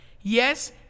Yes